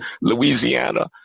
Louisiana